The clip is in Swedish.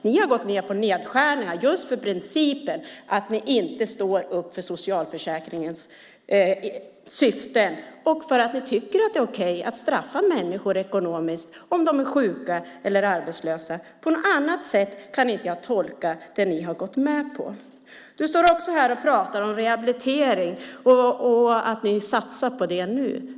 Ni har gått med på nedskärningar just för principen att ni inte står upp för socialförsäkringens syften och för att ni tycker att det är okej att straffa människor ekonomiskt om de är sjuka eller arbetslösa. På något annat sätt kan jag inte tolka det ni har gått med på. Du står också här och pratar om rehabilitering och att ni satsar på det nu.